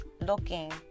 looking